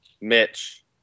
Mitch